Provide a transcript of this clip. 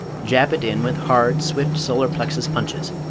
jab it in with hard, swift solar plexus punches.